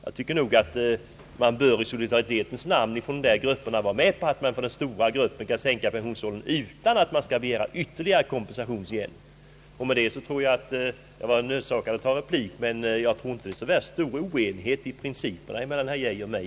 Jag tycker att dessa grupper i solidaritetens namn bör vara med om att man för stora grupper sänker pensionsåldern utan att man själv begär ytterligare kompensation. Efter att ha sagt detta vill jag framhålla att jag kände mig nödsakad att begära replik, men jag tror ändå inte att det råder så stor oenighet i princip mellan herr Geijer och mig.